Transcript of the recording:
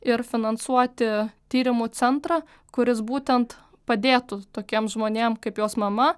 ir finansuoti tyrimų centrą kuris būtent padėtų tokiem žmonėm kaip jos mama